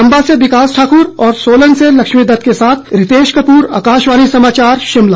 चंबा से विकास ठाकुर और सोलन से लक्ष्मीदत्त के साथ रितेश कपूर आकाशवाणी समाचार शिमला